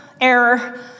error